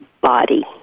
body